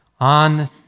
on